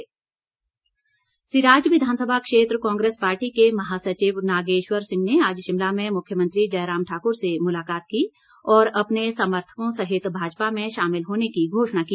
मुलाकात सिराज विधानसभा क्षेत्र कांग्रेस पार्टी के महासचिव नागेश्वर सिंह ने आज शिमला में मुख्यमंत्री जयराम ठाक्र से मुलाकात की और अपने समर्थकों सहित भाजपा में शामिल होने की घोषणा की